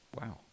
Wow